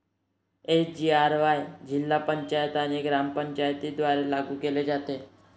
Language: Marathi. एस.जी.आर.वाय जिल्हा पंचायत आणि ग्रामपंचायतींद्वारे लागू केले जाते